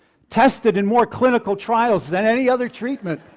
tested in more clinical trials than any other treatment.